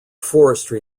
forestry